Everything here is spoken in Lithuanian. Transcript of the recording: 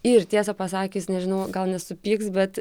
ir tiesą pasakius nežinau gal nesupyks bet